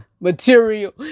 material